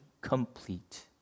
complete